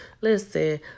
Listen